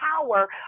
power